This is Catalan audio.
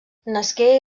nasqué